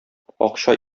акча